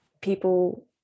people